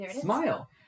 smile